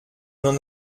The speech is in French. n’en